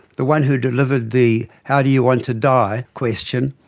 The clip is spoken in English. the one who delivered the how do you want to die question,